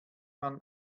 man